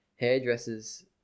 hairdressers